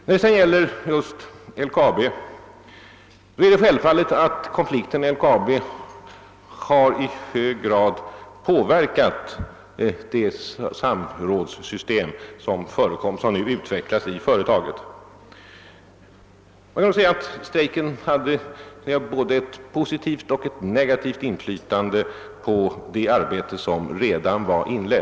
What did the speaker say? Vad sedan gäller LKAB är det självklart att konflikten där i hög grad har påverkat det samrådssystem som förekommer och som är utvecklat vid företaget. Strejken hade både positiva och negativa verkningar på det arbete som redan var inlett.